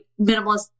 minimalist